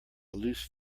loose